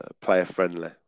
player-friendly